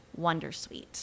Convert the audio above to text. Wondersuite